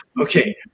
Okay